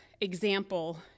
example